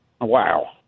Wow